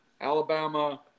Alabama